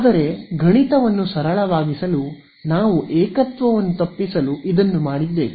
ಆದರೆ ಗಣಿತವನ್ನು ಸರಳವಾಗಿಸಲು ನಾವು ಏಕತ್ವವನ್ನು ತಪ್ಪಿಸಲು ಇದನ್ನು ಮಾಡಿದ್ದೇವೆ